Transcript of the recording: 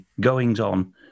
goings-on